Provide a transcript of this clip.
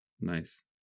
Nice